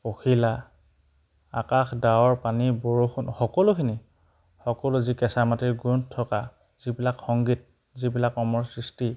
পখিলা আকাশ ডাৱৰ পানী বৰষুণ সকলোখিনি সকলো যি কেঁচা মাটিৰ গোন্ধ থকা যিবিলাক সংগীত যিবিলাক অমৰ সৃষ্টি